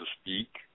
speak